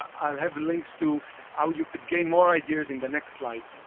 i'll have links to how you could gain more ideas in the next slide.